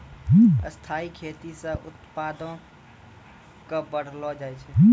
स्थाइ खेती से उत्पादो क बढ़लो जाय छै